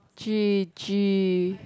G G